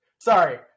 Sorry